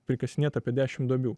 prikasinėta apie dešim duobių